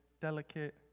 delicate